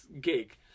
gig